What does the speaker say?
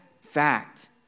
fact